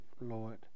Lord